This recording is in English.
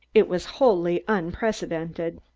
it was wholly unprecedented.